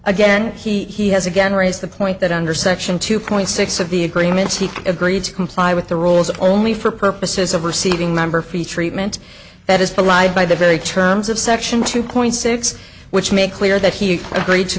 again he has again raised the point that under section two point six of the agreements he agreed to comply with the rules only for purposes of receiving member free treatment that is belied by the very terms of section two point six which make clear that he agreed to